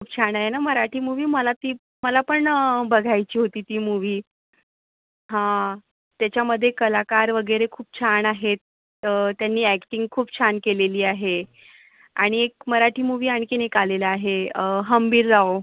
खूप छान आहे ना मराठी मूव्ही मला ती मला पण बघायची होती ती मूव्ही हां त्याच्यामध्ये कलाकार वगैरे खूप छान आहेत त्यांनी अॅक्टिंग खूप छान केलेली आहे आणि एक मराठी मूव्ही आणखी एक आलेलं आहे हंबीरराव